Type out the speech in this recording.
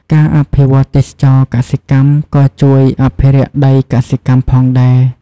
ការអភិវឌ្ឍទេសចរណ៍កសិកម្មក៏ជួយអភិរក្សដីកសិកម្មផងដែរ។